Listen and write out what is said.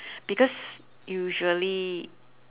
because usually